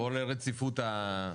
או לרציפות ה-